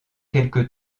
quelque